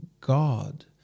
God